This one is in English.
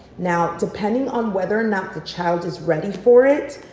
now depending on whether or not the child is ready for it,